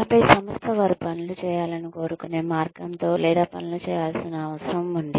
ఆపై సంస్థ వారు పనులు చేయాలని కోరుకునే మార్గంతో లేదా పనులు చేయాల్సిన అవసరం ఉంది